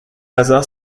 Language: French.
hasard